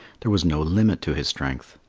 there was no limit to his strength.